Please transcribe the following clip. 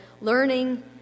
learning